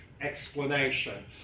explanation